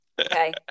Okay